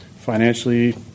financially